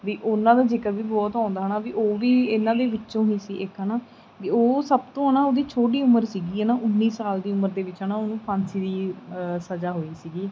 ਵੀ ਉਹਨਾਂ ਦਾ ਜ਼ਿਕਰ ਵੀ ਬਹੁਤ ਆਉਂਦਾ ਹੈ ਨਾ ਵੀ ਉਹ ਵੀ ਇਹਨਾਂ ਦੇ ਵਿੱਚੋਂ ਹੀ ਸੀ ਇੱਕ ਹੈ ਨਾ ਵੀ ਉਹ ਸਭ ਤੋਂ ਨਾ ਉਹਦੀ ਛੋਟੀ ਉਮਰ ਸੀਗੀ ਹੈ ਨਾ ਉੱਨੀ ਸਾਲ ਦੀ ਉਮਰ ਦੇ ਵਿੱਚ ਹੈ ਨਾ ਉਹਨੂੰ ਫਾਂਸੀ ਦੀ ਸਜ਼ਾ ਹੋਈ ਸੀਗੀ